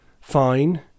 fine